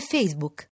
Facebook